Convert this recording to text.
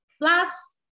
Plus